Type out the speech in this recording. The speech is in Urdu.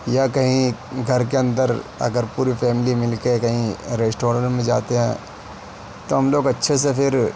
یا کہیں گھر کے اندر اگر پوری فیملی مل کے کہیں ریسٹورینٹ میں جاتے ہیں تو ہم لوگ اچھے سے پھر